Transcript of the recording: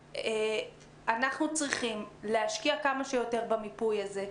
אנחנו צריכים להשקיע כמה שיותר במיפוי הזה.